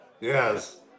Yes